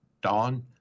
dawn